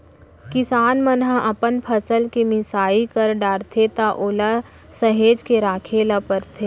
किसान मन ह अपन फसल के मिसाई कर डारथे त ओला सहेज के राखे ल परथे